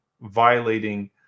violating